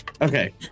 okay